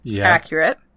Accurate